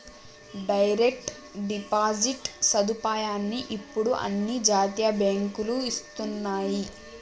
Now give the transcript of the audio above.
direct deposit సదుపాయాన్ని ఇప్పుడు అన్ని జాతీయ బ్యేంకులూ ఇస్తన్నయ్యి